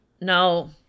no